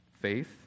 faith